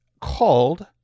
called